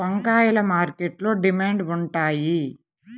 వంకాయలు మార్కెట్లో డిమాండ్ ఉంటాయా?